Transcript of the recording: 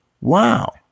Wow